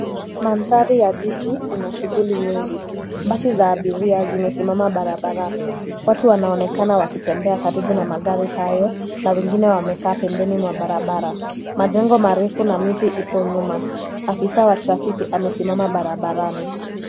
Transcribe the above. Mandhari ya jiji ina shughuli nyingi. Basi za abiria zimesimama barabarani. Watu wanaonekana wakitembea karibu na magari hayo na wengine wamekaa pembeni mwa barabara. Majengo marefu na miti ipo nyuma. Afisa wa trafiki amesimama barabarani.